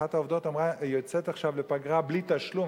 אחת העובדות אמרה שהיא יוצאת עכשיו לפגרה בלי תשלום.